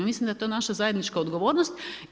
Ja mislim da je to naša zajednička odgovornost.